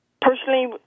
Personally